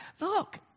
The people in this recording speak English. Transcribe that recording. Look